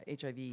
HIV